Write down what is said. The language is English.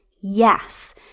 Yes